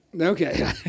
Okay